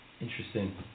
interesting